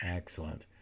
excellent